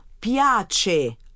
piace